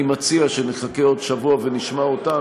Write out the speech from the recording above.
אני מציע שנחכה עוד שבוע ונשמע אותם,